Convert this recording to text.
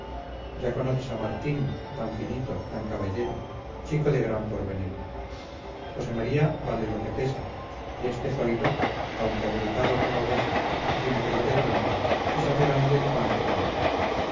ya conoces a martín tan finito tan caballero chico de gran porvenir josé maría vale lo que pesa y este zoilo aunque abrutado como ves no tiene pelo de tonto y sabe ganar el pan que come